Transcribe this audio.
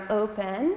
open